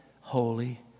holy